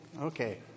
Okay